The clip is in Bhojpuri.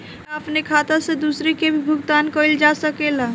का अपने खाता से दूसरे के भी भुगतान कइल जा सके ला?